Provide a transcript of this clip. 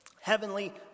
heavenly